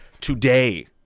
today